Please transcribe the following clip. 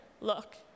look